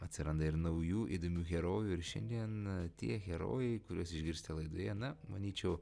atsiranda ir naujų įdomių herojų ir šiandien tie herojai kuriuos išgirsite laidoje na manyčiau